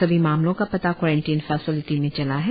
सभी मामलों का पता क्वारेंटाइन फेसिलिटी में चला है